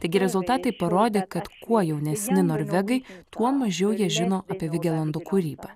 taigi rezultatai parodė kad kuo jaunesni norvegai tuo mažiau jie žino apie vigelando kūrybą